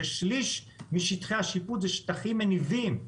כששליש משטחי השיפוט הם שטחים מניבים.